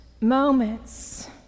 moments